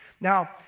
Now